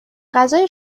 غذای